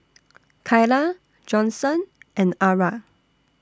Kyla Johnson and Arra